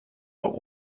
but